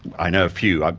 i know a few, ah